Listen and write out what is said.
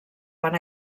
van